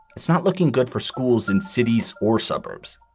it's not looking good for schools in cities or suburbs.